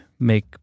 make